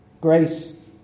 Grace